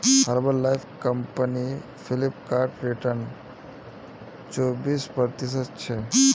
herbal life company Flipkart return चोबीस प्रतिशतछे